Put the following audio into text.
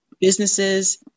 businesses